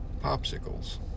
popsicles